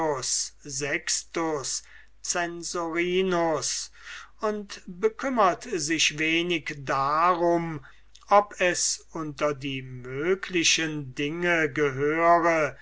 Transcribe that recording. sextus censorinus und bekümmert sich wenig darum ob es unter die möglichen dinge gehöre